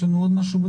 יש לנו עוד משהו?